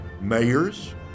mayors